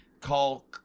call